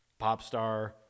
Popstar